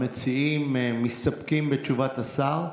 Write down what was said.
המציעים מסתפקים בתשובת השר?